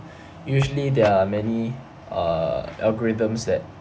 usually there are many uh algorithms that